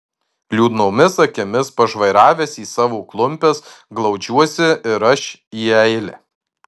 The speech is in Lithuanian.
liūdnomis akimis pažvairavęs į savo klumpes glaudžiuosi ir aš į eilę